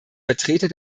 vertreter